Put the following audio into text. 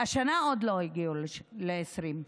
השנה הגיעו כבר ל-20,